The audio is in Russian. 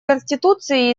конституции